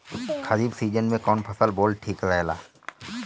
खरीफ़ season में कौन फसल बोअल ठिक रहेला ह?